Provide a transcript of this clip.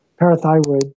parathyroid